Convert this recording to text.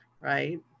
right